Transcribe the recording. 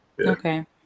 Okay